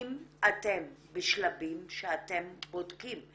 האם אתם בשלבים שאתם בודקים?